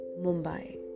Mumbai